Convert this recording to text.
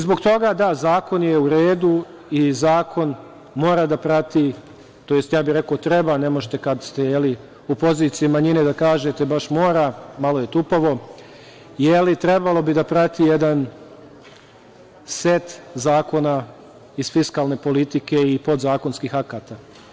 Zbog toga da, zakon je u redu i zakon mora da prati, tj. ja bih rekao treba, ne možete kad ste u poziciji manje da kažete baš mora, malo je tupavo, jer trebalo bi da prati jedan set zakona iz fiskalne politike i podzakonskih akata.